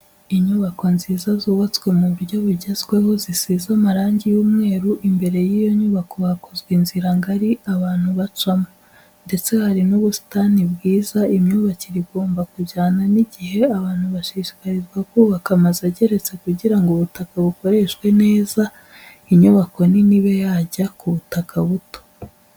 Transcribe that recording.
Inyubako nziza zubatswe mu buryo bugezweho zisize amarangi y'umweru, imbere y'iyo nyubako hakozwe inzira ngari abantu bacamo, ndetse hari n'ubusitani bwiza, imyubakire igomba kujyana n'igihe, abantu bashishikarizwa kubaka amazu ageretse kugira ngo ubutaka bukoreshwe neza inyubako nini ibe yajya ku butaka buto.